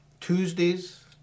Tuesdays